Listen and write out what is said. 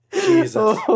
Jesus